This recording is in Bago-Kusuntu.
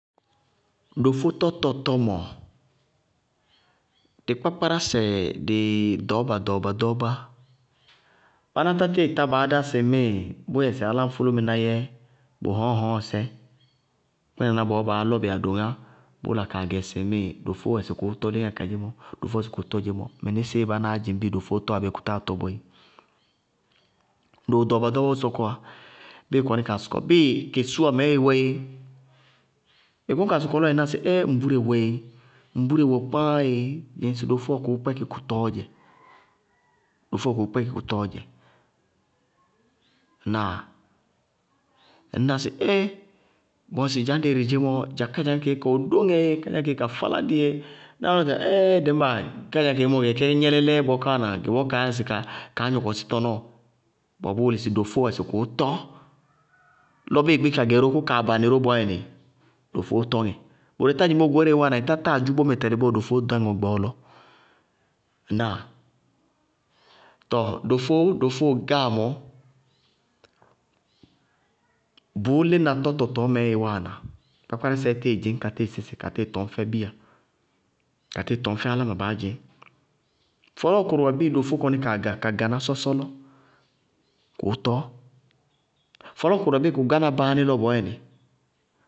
Dofó tɔtɔ tɔmɔ, dɩ kpákpárásɛ, dɩ ɖɔɔba ɖɔɔba-ɖɔɔbá, báná títíɩ tá baá dá sɩŋmíɩ bʋ yɛ sɩ áláñfʋlʋmɩná yɛ bʋ hɔm hɔŋ sɛ, kpínaná bɔɔ báa lɔ bɩ adoŋá bʋ la kaa gɛ sɩŋmíɩ dofó wɛ sɩ kʋʋ tɔ léŋáa kadzémɔ, dofó wɛ sɩ kʋʋ tɔ dzémɔ mɩnísíɩ bánáá dzɩŋ bíɩ dofóó tɔ abéé kʋ táa tɔ boéé. Doo ɖɔɔbɔ ɖɔɔbɔ sɔkɔwá, bíɩ kesuwa mɛɛ ɩwɛ éé bíɩ ɩ sɔkɔ lɔ ɩ ná sɩ ŋbúre wɛ éé ééé ŋbúre wɛ éé ŋbúre wɛ páá éé, dzɩŋ sɩ dofó wɛ kʋʋ kpɛkɩ tɔ tɔɔ dzɛ. Ŋnáa? Ŋñná sɩ éé bʋwɛ ŋsɩ dza ñdɛ ire dedzémɔ, kawɛ dóŋɛ éé kádzaŋá kadzémɔ ka fáládɩ yéé ñkaa ná sɩ éé dɩñba kádzaŋá kadzémɔ gɛ kɛ gnɛlɛlɛɛ bɔɔ ká wáana, gɛ bɔɔ kaa yáa ŋsɩ kaá gnɔkɔsí tɔnɔɔ, bʋwɛ bʋʋ wʋlí sɩ dofó wɛ sɩ kʋʋ tɔ. Lɔ bíɩ ɩ gbí ka gɛ ró, kʋ kaa banɩ ró bɔɔyɛnɩ, dofóó tɔ ŋɛ. Bʋrʋ ɩ tá dzɩŋ bɔɔ, goóreé í wáana ɩ tá táa dzʋ bómɛ tɛlɩ bɔɔ, dofóó tɔ ŋɛ gbɔɔ lɔ. Ŋnáa? Tɔɔ dofó, dofóo gáa mɔɔ, bʋʋ lína tɔtɔ tɔɔ mɛɛ í wáana. kpákpárásɛ tíɩ dzɩñna ka tíɩ sísɩ ka tíɩ tɔñ fɛ bíya, ka tíɩ tɔñ fɛ áláma baá dzɩñ. Fɔlɔɔkʋrʋ wɛ bíɩ kádzaŋá kɔní kaa ga ka ga ná sɔsɔ lɔ, kʋʋ tɔ. Fɔlɔɔkʋrʋ wɛ bíɩ kʋ gá na báání lɔ bɔɔyɛnɩ.